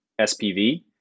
SPV